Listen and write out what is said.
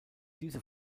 diese